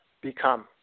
become